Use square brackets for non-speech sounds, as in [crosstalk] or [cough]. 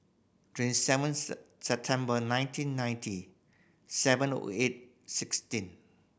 twenty seven [unintelligible] September nineteen ninety seven O eight sixteen